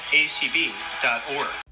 acb.org